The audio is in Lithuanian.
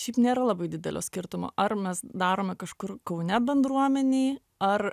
šiaip nėra labai didelio skirtumo ar mes darome kažkur kaune bendruomenėj ar